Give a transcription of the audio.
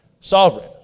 Sovereign